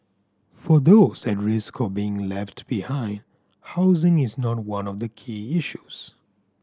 for those at risk of being left behind housing is not one of the key issues